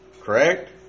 Correct